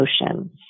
emotions